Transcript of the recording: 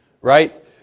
right